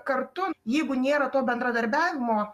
kartu jeigu nėra to bendradarbiavimo